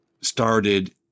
started